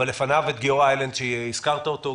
אבל לפניו נעלה את גיורא איילנד שהזכרת אותו,